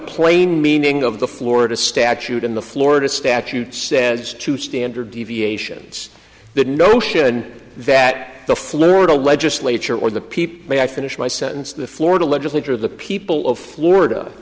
plain meaning of the florida statute in the florida statute says two standard deviations the notion that the florida legislature or the p p may i finish my sentence the florida legislature the people of florida